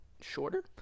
shorter